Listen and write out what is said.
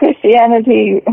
Christianity